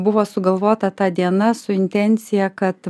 buvo sugalvota ta diena su intencija kad